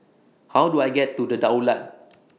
How Do I get to The Daulat